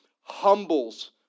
humbles